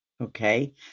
okay